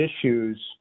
issues